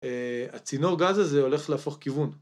א...הצינור גז הזה, הולך להפוך כיוון.